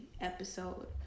episode